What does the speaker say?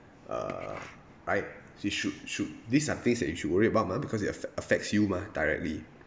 uh right it should should these are things that you should worry about mah because it affect affects you mah directly